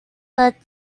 but